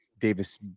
Davis